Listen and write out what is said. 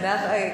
אדוני,